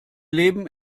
leben